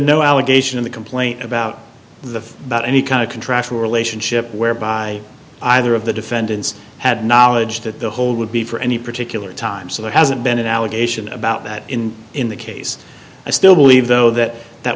no allegation in the complaint about the about any kind of contractual relationship whereby either of the defendants had knowledge that the hole would be for any particular time so there hasn't been an allegation about that in in the case i still believe though that that